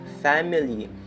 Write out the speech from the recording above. family